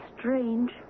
strange